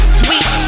sweet